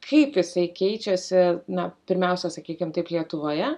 kaip jisai keičiasi na pirmiausia sakykim taip lietuvoje